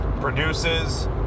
produces